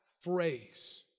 phrase